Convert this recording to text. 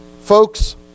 Folks